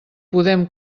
podem